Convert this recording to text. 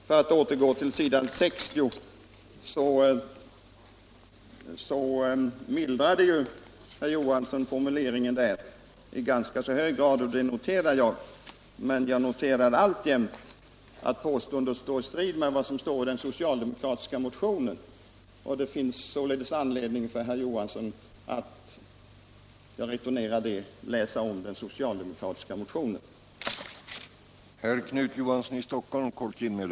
För att återgå till s. 60 så mildrade herr Johansson formuleringen där i ganska hög grad, och det noterar jag, men jag noterar ändå att påståendet står i strid med vad som står i den socialdemokratiska motionen. Det finns således anledning för herr Johansson att läsa om den.